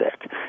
sick